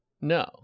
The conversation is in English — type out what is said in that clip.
No